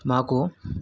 నాకు